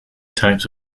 types